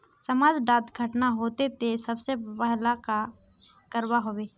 समाज डात घटना होते ते सबसे पहले का करवा होबे?